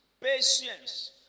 patience